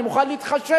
אני מוכן להתחשב.